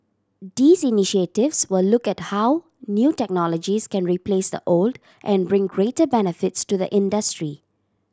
these initiatives will look at how new technologies can replace the old and bring greater benefits to the industry